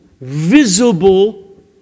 visible